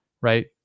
right